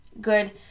good